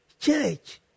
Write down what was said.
church